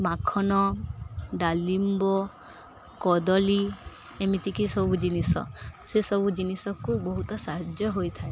ମାଖନ ଡାଲିମ୍ବ କଦଳୀ ଏମିତିକି ସବୁ ଜିନିଷ ସେସବୁ ଜିନିଷକୁ ବହୁତ ସାହାଯ୍ୟ ହୋଇଥାଏ